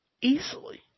Easily